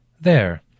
There